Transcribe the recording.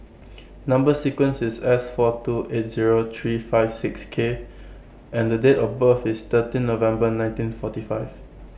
Number sequence IS S four two eight Zero three five six K and The Date of birth IS thirteen November nineteen forty five